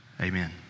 amen